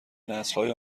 نسلهای